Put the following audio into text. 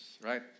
right